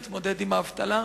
להתמודד עם האבטלה.